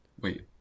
wait